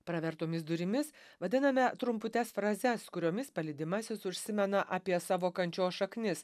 pravertomis durimis vadiname trumputes frazes kuriomis palydimasis užsimena apie savo kančios šaknis